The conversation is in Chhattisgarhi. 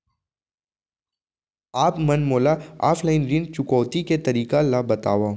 आप मन मोला ऑफलाइन ऋण चुकौती के तरीका ल बतावव?